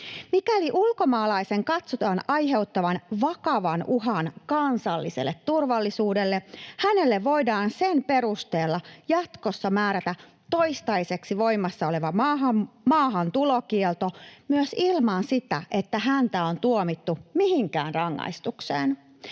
Mikäli ulkomaalaisen katsotaan aiheuttavan vakavan uhan kansalliselle turvallisuudelle, hänelle voidaan sen perusteella jatkossa määrätä toistaiseksi voimassa oleva maahantulokielto myös ilman sitä, että häntä on tuomittu mihinkään rangaistukseen.